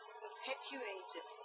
perpetuated